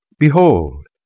Behold